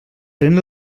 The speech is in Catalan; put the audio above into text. pren